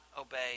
obey